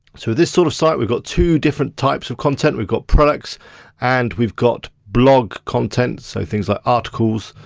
so this sort of site, we've got two different types of content, we've got products and we've got blog content, so things like articles.